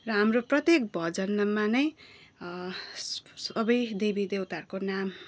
र हाम्रो प्रत्येक भजनमा नै सबै देवी देउताहरूको नाम